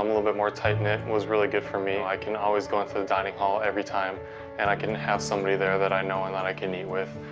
um little bit more tight knit was really good for me. i can always go into the dining hall every time and i can have somebody there that i know and that i can eat with.